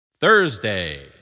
Thursday